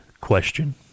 question